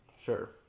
Sure